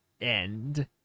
end